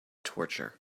torture